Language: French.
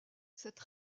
cette